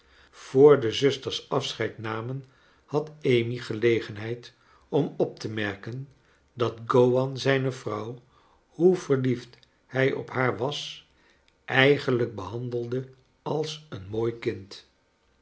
voor de zusters afscheid namen had amy gelegenheid om op te merken dat gowan zijne vrouw hoe verliefd hij op haar was eigen lijk behandelde als een mooi kind